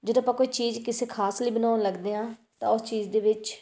ਜਦੋਂ ਆਪਾਂ ਕੋਈ ਚੀਜ਼ ਕਿਸੇ ਖਾਸ ਲਈ ਬਣਾਉਣ ਲੱਗਦੇ ਹਾਂ ਤਾਂ ਉਸ ਚੀਜ਼ ਦੇ ਵਿੱਚ